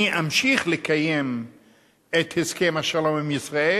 אני אמשיך לקיים את הסכם השלום עם ישראל,